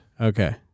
Okay